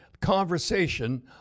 conversation